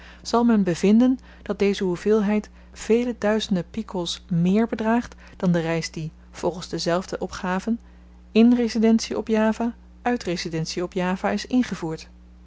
zal men bevinden dat deze hoeveelheid vele duizende pikols meer bedraagt dan de ryst die volgens dezelfde opgaven in residentien op java uit residentien op java is ingevoerd